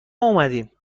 اومدیم